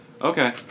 okay